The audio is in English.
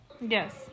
yes